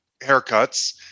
haircuts